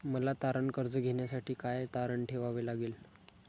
मला तारण कर्ज घेण्यासाठी काय तारण ठेवावे लागेल?